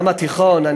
הים התיכון.